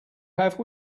have